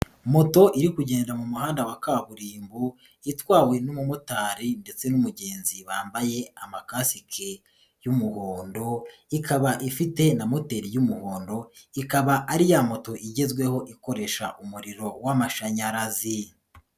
Moto iri kugenda mu muhanda wa kaburimbo itwawe n'umumotari ndetse n'umugenzi bambaye amakasike y'umuhondo, ikaba ifite na moteri y'umuhondo, ikaba ari ya moto igezweho ikoresha umuriro w'amashanyarazi.